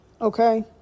Okay